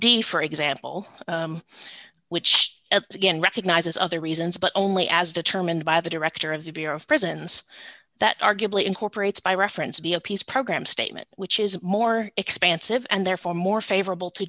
d for example which again recognizes other reasons but only as determined by the director of the bureau of prisons that arguably incorporates by reference to be a peace program statement which is more expansive and therefore more favorable to